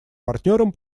партнерам